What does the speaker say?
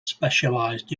specialised